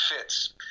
fits